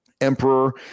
Emperor